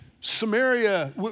Samaria